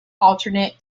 alternate